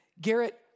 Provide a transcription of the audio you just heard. Garrett